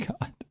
God